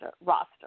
roster